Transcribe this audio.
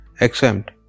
exempt